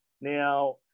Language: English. Now